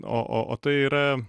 o o o tai yra